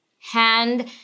hand